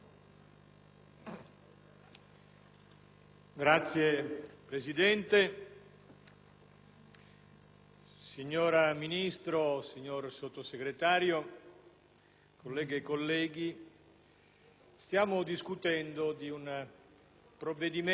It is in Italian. *(PD)*. Signora Ministro, signor Sottosegretario, colleghe e colleghi, stiamo discutendo di un provvedimento che,